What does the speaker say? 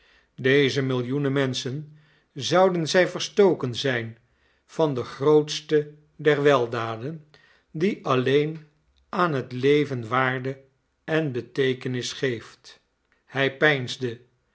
deze millioenen menschen zouden zij verstoken zijn van de grootste der weldaden die alleen aan het leven waarde en beteekenis geeft hij peinsde